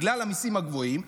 בגלל המיסים הגבוהים,